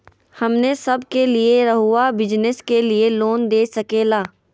हमने सब के लिए रहुआ बिजनेस के लिए लोन दे सके ला?